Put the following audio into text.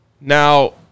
Now